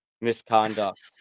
misconduct